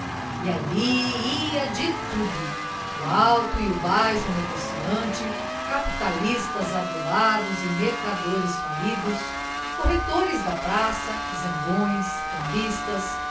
ia de tudo o alto e o baixo negociante capitalistas adulados e mercadores falidos corretores de praça zangões cambistas